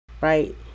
right